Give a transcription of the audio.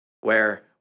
Where-